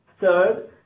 Third